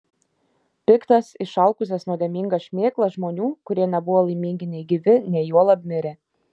piktas išalkusias nuodėmingas šmėklas žmonių kurie nebuvo laimingi nei gyvi nei juolab mirę